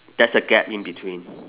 there's a gap in between